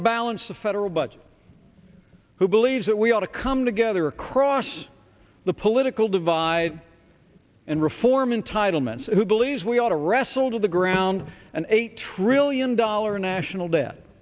balance the federal budget who believes that we ought to come together across the political divide and reform entitlements who believes we ought to wrestle to the ground and a trillion dollar national debt